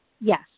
Yes